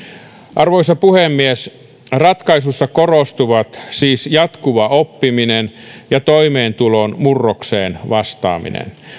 arvoisa puhemies ratkaisussa korostuvat siis jatkuva oppiminen ja toimeentulon murrokseen vastaaminen